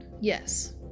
yes